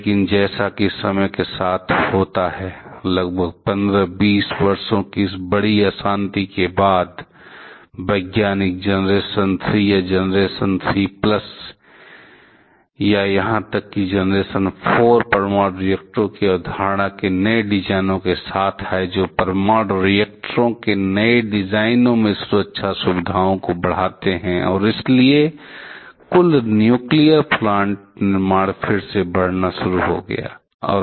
लेकिन जैसा कि समय के साथ होता है लगभग 15 20 वर्षों की इस बड़ी अशांति के बाद वैज्ञानिक जनरेशन 3 या जनरेशन 3 प्लस या यहां तक कि जनरेशन 4 परमाणु रिएक्टरों की अवधारणा के नए डिजाइनों के साथ आए जो परमाणु रिएक्टरों के नए डिजाइनों में सुरक्षा सुविधाओं को बढ़ाते हैं और इसलिए कुल नुक्लिएर प्लांट निर्माण फिर से बढ़ना शुरू हो गया है